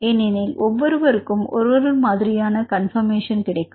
ஏனெனில் ஒவ்வொருவருக்கும் ஒவ்வொரு மாதிரியான கன்பர்மேஷன் கிடைக்கும்